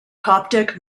coptic